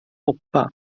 hoppa